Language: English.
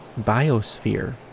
biosphere